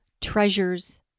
treasures